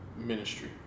ministry